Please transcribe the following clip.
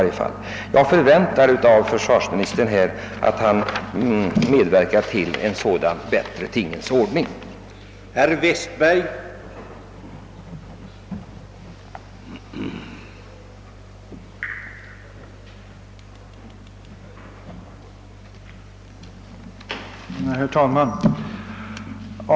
Jag förväntar därför att försvarsministern medverkar till en bättre tingens ordning inom detta område, och med detta vill jag tacka för svaret.